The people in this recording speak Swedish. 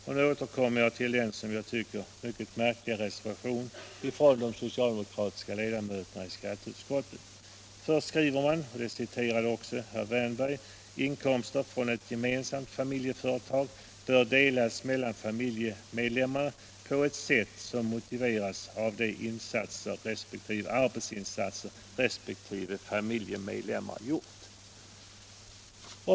Jag återkommer här till den som jag tycker mycket märkliga reservationen från de socialdemokratiska ledamöterna i skatteutskottet. Först skriver man, vilket citerades av herr Wärnberg, att inkomster från gemensamt familjeföretag bör delas på ett sätt som motiveras av de arbetsinsatser resp. familjemedlemmar gjort.